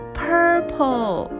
purple